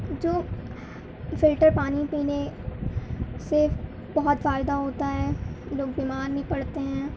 جو فلٹر پانی پینے سے بہت فائدہ ہوتا ہے لوگ بیمار نہیں پڑتے ہیں